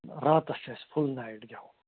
راتَس چھِ اَسہِ فُل نایِٹ گٮ۪وُن